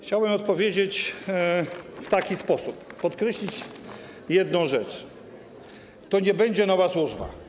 Chciałem odpowiedzieć w taki sposób, podkreślić jedną rzecz: to nie będzie nowa służba.